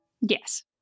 Yes